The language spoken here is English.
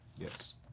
Yes